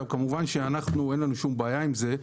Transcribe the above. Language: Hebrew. כמובן שלנו אין כל בעיה עם זה.